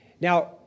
Now